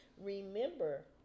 Remember